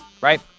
Right